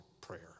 prayer